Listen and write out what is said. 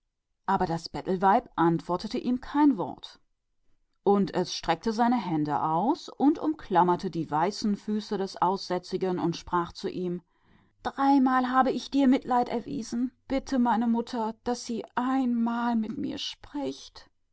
aber das bettelweib antwortete ihm nicht ein wort und das sternenkind streckte die hände aus und umfaßte die weißen füße des aussätzigen und sprach zu ihm dreimal gab ich dir von meinem mitleid heiß meine mutter einmal zu mir